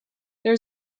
there